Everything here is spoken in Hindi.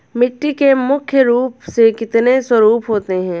मिट्टी के मुख्य रूप से कितने स्वरूप होते हैं?